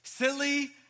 Silly